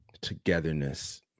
togetherness